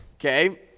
Okay